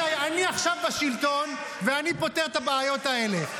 אני עכשיו בשלטון, ואני פותר את הבעיות האלה.